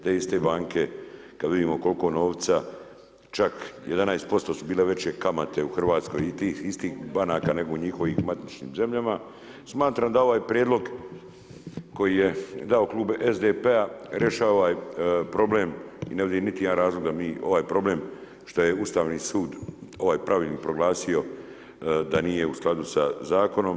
Te iste banke, kad vidimo koliko novca, čak 11% su bile veće kamate u Hrvatskoj iz tih istih banaka nego u njihovim matičnim zemljama, smatram da ovaj Prijedlog koji dao klub SDP-a rješava problem, ne vidim niti razloga ovaj problem što je Ustavni sud ovaj Pravilnik proglasio da nije u skladu sa zakonom.